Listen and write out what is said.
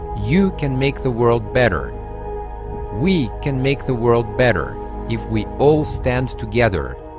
you can make the world better we can make the world better if we all stand together